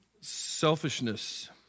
Selfishness